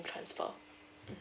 transfer